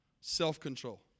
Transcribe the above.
Self-control